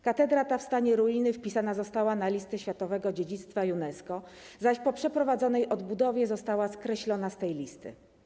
Katedra ta w stanie ruiny wpisana została na listę światowego dziedzictwa UNESCO, zaś po przeprowadzonej odbudowie została skreślona z tej listy.